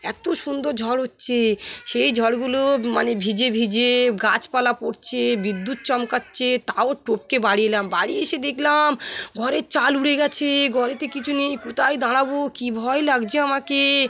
এত সুন্দর ঝড় হচ্ছে সেই ঝড়গুলো মানে ভিজে ভিজে গাছপালা পড়ছে বিদ্যুৎ চমকাচ্ছে তাও টোপকে বাড়ি এলাম বাড়ি এসে দেখলাম ঘরের চাল উড়ে গিয়েছে ঘরেতে কিছু নেই কোথায় দাঁড়াব কী ভয় লাগছে আমাকে